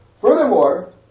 Furthermore